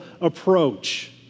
approach